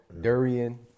durian